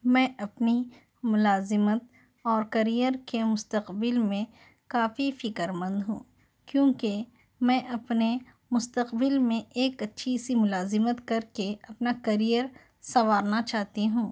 میں اپنی ملازمت اور کریئر کے مستقبل میں کافی فکر مند ہوں کیونکہ میں اپنے مستقبل میں ایک اچھی سی ملازمت کر کے اپنا کریئر سنوارنا چاہتی ہوں